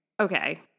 Okay